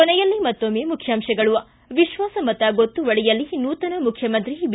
ಕೊನೆಯಲ್ಲಿ ಮತ್ತೊಮ್ನೆ ಮುಖ್ಯಾಂಶಗಳು ಿ ವಿಶ್ವಾಸಮತ ಗೊತ್ತುವಳಿಯಲ್ಲಿ ನೂತನ ಮುಖ್ಯಮಂತ್ರಿ ಬಿ